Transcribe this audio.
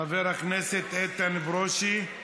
חבר הכנסת איתן ברושי,